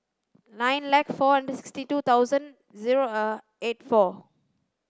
nine like four and sixty two thousand zero eight four